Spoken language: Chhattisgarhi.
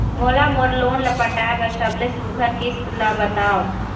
मोला मोर लोन ला पटाए बर सबले सुघ्घर किस्त ला बताव?